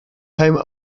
home